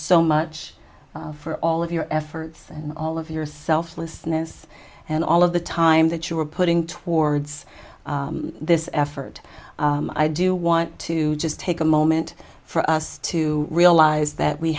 so much for all of your efforts and all of your selflessness and all of the time that you are putting towards this effort i do want to just take a moment for us to realize